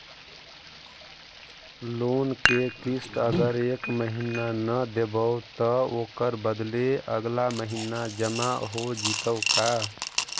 Loan के किस्त अगर एका महिना न देबै त ओकर बदले अगला महिना जमा हो जितै का?